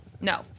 No